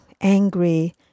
angry